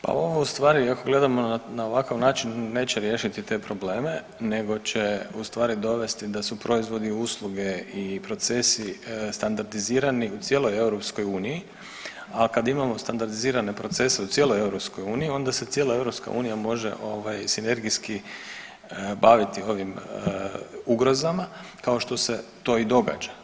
Pa ovo u stvari ako gledamo na ovakav način neće riješiti te probleme, nego će u stvari dovesti da su proizvodi, usluge i procesi standardizirani u cijeloj EU, a kad imamo standardizirane procese u cijeloj EU onda se cijela EU može sinergijski baviti ovim ugrozama kao što se to i događa.